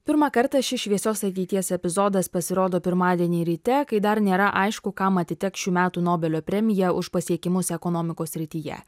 pirmą kartą šis šviesios ateities epizodas pasirodo pirmadienį ryte kai dar nėra aišku kam atiteks šių metų nobelio premija už pasiekimus ekonomikos srityje